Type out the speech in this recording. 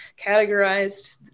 categorized